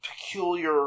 peculiar